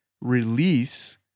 Release